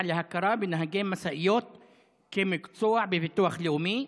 להכרה בנהגי משאיות כמקצוע בביטוח לאומי?